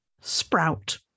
Sprout